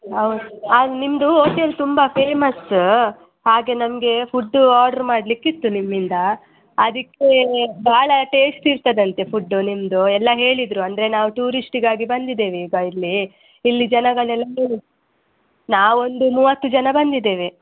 ಹೌದು ನಿಮ್ಮದು ಹೋಟೆಲ್ ತುಂಬ ಫೇಮಸ್ಸ ಹಾಗೆ ನನಗೆ ಫುಡ್ಡು ಆರ್ಡ್ರ್ ಮಾಡ್ಲಿಕ್ಕೆ ಇತ್ತು ನಿಮ್ಮಿಂದ ಅದಕ್ಕೆ ಭಾಳ ಟೇಸ್ಟ್ ಇರ್ತದಂತೆ ಫುಡ್ಡು ನಿಮ್ಮದು ಎಲ್ಲ ಹೇಳಿದರು ಅಂದರೆ ನಾವು ಟೂರಿಶ್ಟ್ಗಾಗಿ ಬಂದಿದ್ದೇವೆ ಈಗ ಇಲ್ಲಿ ಇಲ್ಲಿ ಜನಗಳೆಲ್ಲ ಹೇಳಿ ನಾವು ಒಂದು ಮೂವತ್ತು ಜನ ಬಂದಿದ್ದೇವೆ